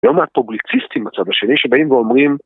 לא מעט פובליקציסטים מהצד השני שבאים ואומרים...